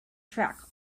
track